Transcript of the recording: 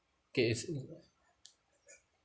okay it's